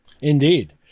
Indeed